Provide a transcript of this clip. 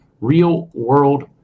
real-world